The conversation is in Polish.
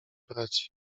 braci